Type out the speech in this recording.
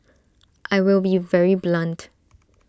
I will be very blunt